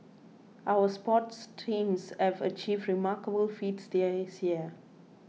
our sports teams have achieved remarkable feats this year